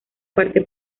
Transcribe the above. parte